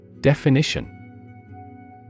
Definition